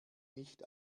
nicht